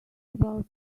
about